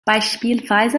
beispielsweise